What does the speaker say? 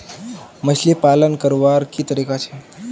मछली पालन करवार की तरीका छे?